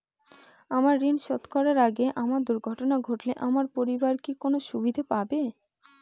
আমার ঋণ শোধ করার আগে আমার দুর্ঘটনা ঘটলে আমার পরিবার কি কোনো সুবিধে পাবে?